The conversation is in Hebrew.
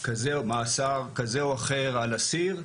כזה או אחר על אסיר,